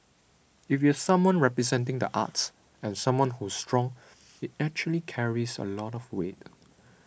if you someone representing the arts and someone who's strong it actually carries a lot of weight